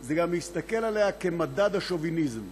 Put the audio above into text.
היא גם להסתכל עליה כמדד לשוביניזם.